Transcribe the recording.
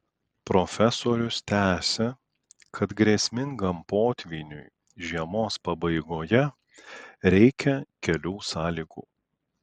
profesorius tęsia kad grėsmingam potvyniui žiemos pabaigoje reikia kelių sąlygų